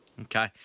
Okay